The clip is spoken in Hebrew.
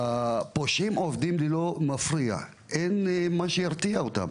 הפושעים עובדים באין מפריע, אין מה שירתיע אותם,